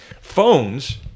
phones